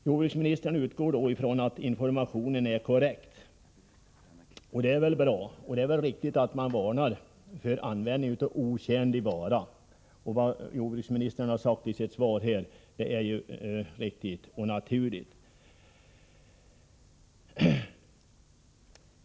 Jordbruksministern utgår från att den information som har lämnats är korrekt. Det är väl bra att man varnar för användning av otjänlig vara, och vad jordbruksministern har sagt i sitt svar låter också riktigt och naturligt.